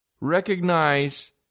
Recognize